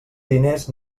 diners